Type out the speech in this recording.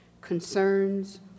concerns